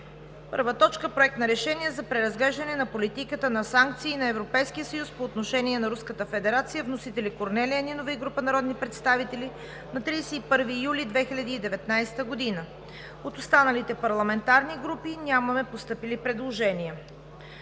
събрание: „1. Проект на решение за преразглеждане на политиката на санкции на Европейския съюз по отношение на Руската федерация. Вносители са Корнелия Нинова и група народни представители на 31 юли 2019 г.“ От останалите парламентарни групи нямаме постъпили предложения.